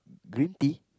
green tea